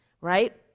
right